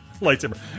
Lightsaber